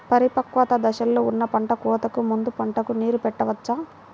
పరిపక్వత దశలో ఉన్న పంట కోతకు ముందు పంటకు నీరు పెట్టవచ్చా?